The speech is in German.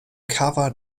cover